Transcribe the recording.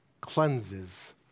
cleanses